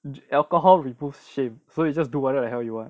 and alcohol removes shame so you just do whatever the hell you want